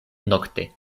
nokte